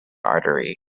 artery